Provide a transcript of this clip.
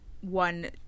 one